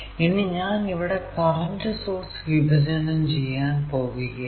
ഇനി ഞാൻ ഇവിടെ കറന്റ് സോഴ്സ് വിഭജനം ചെയ്യാൻ പോകുകയാണ്